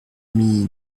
ami